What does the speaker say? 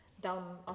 down